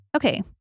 Okay